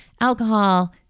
alcohol